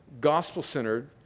gospel-centered